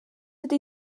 ydy